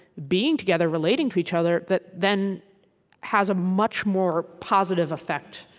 being together, relating to each other, that then has a much more positive effect,